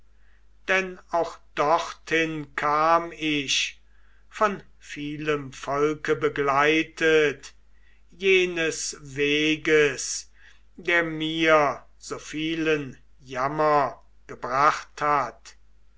denn auch dorthin kam ich von vielem volke begleitet jenes weges der mir so vielen jammer gebracht hat